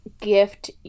gift